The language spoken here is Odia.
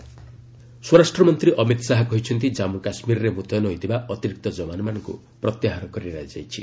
ଅମିତ ଶାହା ପାକିସ୍ତାନ ସ୍ୱରାଷ୍ଟ୍ର ମନ୍ତ୍ରୀ ଅମିତ ଶାହା କହିଛନ୍ତି ଜାମ୍ମୁ କାଶ୍ମୀରରେ ମୁତୟନ ହୋଇଥିବା ଅତିରିକ୍ତ ଯବାନମାନଙ୍କୁ ପ୍ରତ୍ୟାହାର କରିନିଆଯାଇଛି